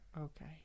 okay